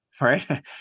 right